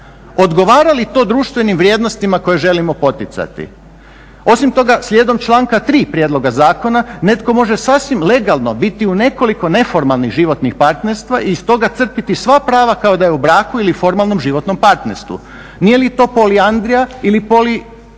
Odgovara li to društvenim vrijednostima koje želimo poticati? Osim toga, slijedom članka 3. prijedloga zakona netko može sasvim legalno biti u nekoliko neformalnih životnih partnerstva i iz toga crpiti sva prava kao da je u braku ili formalnom životnom partnerstvu. Nije li to polijandrija ili poligamija?